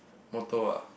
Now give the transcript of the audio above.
motto ah